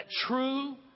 true